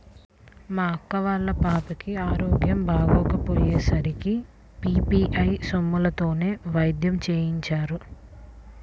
మా అక్క వాళ్ళ పాపకి ఆరోగ్యం బాగోకపొయ్యే సరికి పీ.పీ.ఐ సొమ్ములతోనే వైద్యం చేయించారు